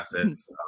assets